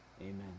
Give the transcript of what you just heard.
Amen